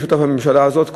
והייתי שותף בממשלה הזאת,